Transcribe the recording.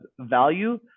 value